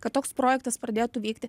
kad toks projektas pradėtų veikti